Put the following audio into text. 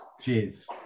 Cheers